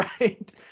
right